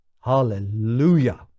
hallelujah